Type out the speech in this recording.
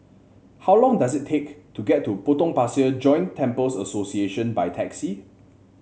how long does it take to get to Potong Pasir Joint Temples Association by taxi